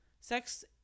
sex